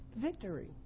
victory